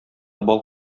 бал